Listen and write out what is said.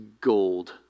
gold